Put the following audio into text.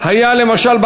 למשל,